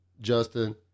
Justin